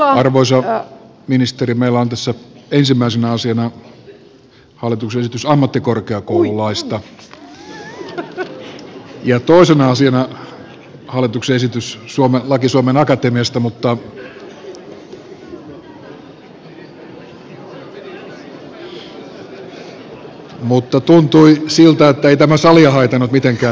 arvoisa ministeri meillä on tässä ensimmäisenä asiana hallituksen esitys ammattikorkeakoululaiksi ja toisena asiana hallituksen esitys laiksi suomen akatemiasta mutta tuntui siltä että ei tämä aloitus salia haitannut mitenkään